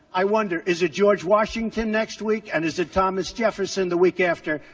i wonder, is it george washington next week, and is it thomas jefferson the week after?